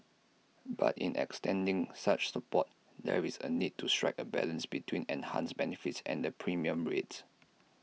but in extending such support there is A need to strike A balance between enhanced benefits and the premium rates